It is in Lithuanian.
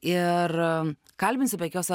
ir kalbinsiu be jokios